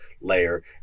layer